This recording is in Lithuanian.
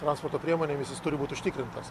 transporto priemonėmis jis turi būt užtikrintas